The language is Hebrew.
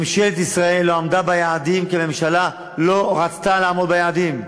ממשלת ישראל לא עמדה ביעדים כי הממשלה לא רצתה לעמוד ביעדים,